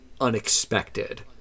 unexpected